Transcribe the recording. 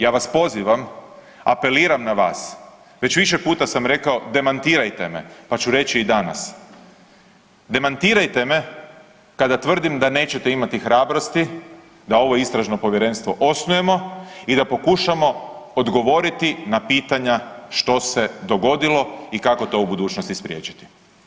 Ja vas pozivam, apeliram na vas, već više puta sam rekao demantirajte me, pa ću reći i danas, demantirajte me kada tvrdim da nećete imati hrabrosti da ovo istražno povjerenstvo osnujemo i da pokušamo odgovoriti na pitanja što se dogodilo i kako to u budućnosti spriječiti.